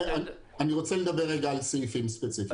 אני רוצה לדבר רגע על סעיפים ספציפיים.